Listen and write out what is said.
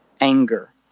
anger